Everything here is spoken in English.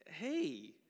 hey